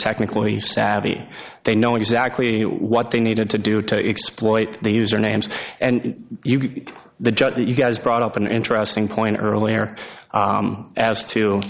technically savvy they know exactly what they needed to do to exploit the usernames and the judge that you guys brought up an interesting point earlier as to